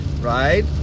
right